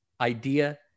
idea